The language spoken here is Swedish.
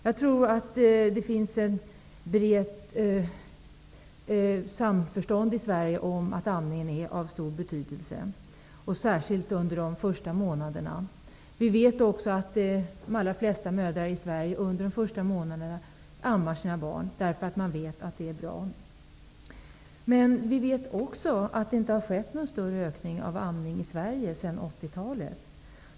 Jag tror att det finns ett brett samförstånd i Sverige om att amningen är av stor betydelse, och särskilt under de första månaderna. Vi vet att de allra flesta mödrar i Sverige under de första månaderna ammar sina barn därför att de vet att det är bra. Vi vet också att det inte har skett någon större ökning av amningen i Sverige sedan 80-talet.